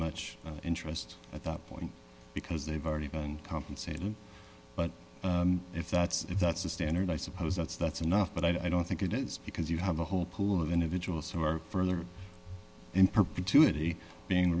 much interest at that point because they've already been compensated but if that's if that's the standard i suppose that's that's enough but i don't think it is because you have a whole pool of individuals who are further in perpetuity being